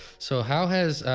so how has,